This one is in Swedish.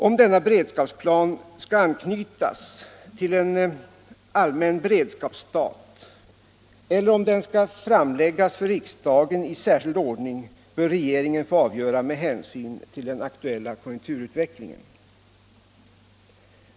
Om denna beredskapsplan skall anknytas till en allmän beredskapsstat eller om den skall framläggas för riksdagen i särskild ordning bör regeringen få avgöra med hänsyn till den aktuella konjunkturutvecklingen.